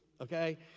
okay